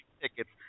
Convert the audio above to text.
tickets